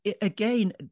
again